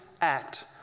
act